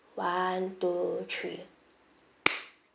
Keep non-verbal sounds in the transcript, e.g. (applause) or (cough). one two three (noise)